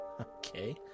Okay